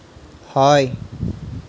হয়